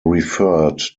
referred